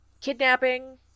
Kidnapping